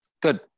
Good